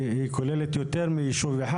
והיא כוללת יותר מיישוב אחד.